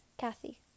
Kathy